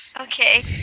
Okay